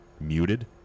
Muted